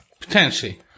Potentially